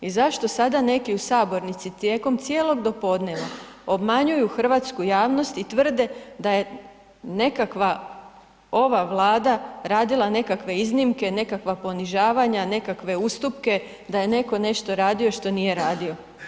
I zašto sada neki u sabornici tijekom cijelog dopodneva obmanjuju hrvatsku javnost i tvrde da je nekakva ova Vlada radila nekakve iznimke, nekakva ponižavanja, nekakve ustupke, da je netko nešto radio što nije radio?